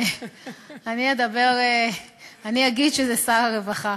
אני אגיד שזה שר הרווחה.